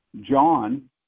John